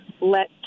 let